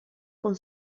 con